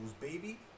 baby